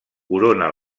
corona